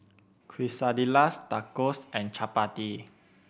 Quesadillas Tacos and Chapati